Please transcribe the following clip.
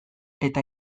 eta